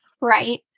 Right